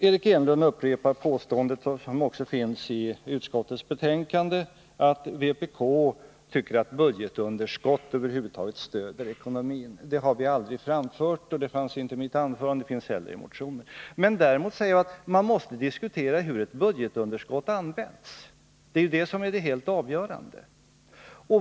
Eric Enlund upprepar det påstående som också görs i utskottets betänkande, nämligen att vpk tycker att budgetunderskott generellt är fördelaktiga för ekonomin. Det har vi aldrig anfört. Det påståendet fanns inte med i mitt anförande, och det görs inte heller i motionen. Men däremot framhåller vi att man måste diskutera hur ett budgetunderskott bör användas. Det är ju det som är avgörande.